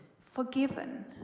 forgiven